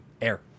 Air